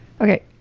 Okay